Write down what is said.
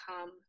come